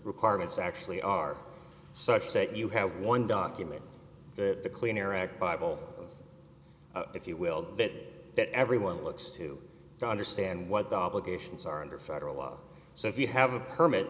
requirements actually are so i say you have one document that the clean air act bible if you will but that everyone looks to understand what the obligations are under federal law so if you have a perm